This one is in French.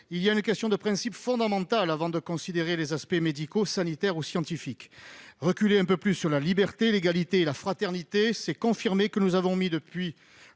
Il pose une question de principe fondamentale que nous devons considérer avant les aspects médicaux, sanitaires ou scientifiques. Reculer un peu plus sur la liberté, l'égalité et la fraternité, c'est confirmer que, depuis